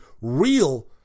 real